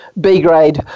B-grade